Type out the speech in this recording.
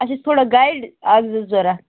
اَسہِ ٲسۍ تھوڑا گایِڈ اَکھ زٕ ضوٚرَتھ